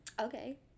Okay